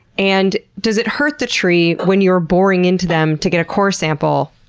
and does it hurt the tree when you're boring into them to get a core sample?